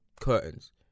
curtains